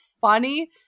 funny